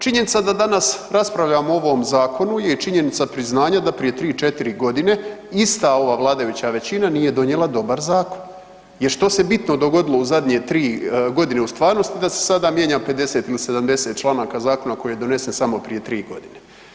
Činjenica da danas raspravljamo o ovom zakonu je i činjenica priznanja da prije 3, 4 godine ista ova vladajuća većina nije donijela dobar zakon, jer što se bitno dogodilo u zadnje 3 godine u stvarnosti da se sada mijenja 50 ili 70 članaka zakona koji je donesen samo prije 3 godine.